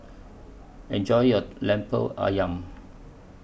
Enjoy your Lemper Ayam